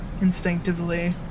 instinctively